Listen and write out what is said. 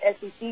SEC